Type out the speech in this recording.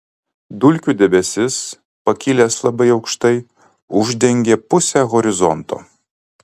dulkių debesis pakilęs labai aukštai uždengia pusę horizonto